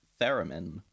theremin